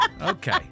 Okay